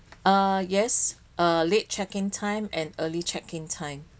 uh yes uh late check in time and early check in time